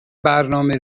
برنامه